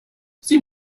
sie